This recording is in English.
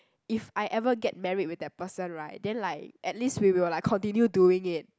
if I ever get married with that person right then like at least we will like continue doing it